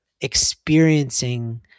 experiencing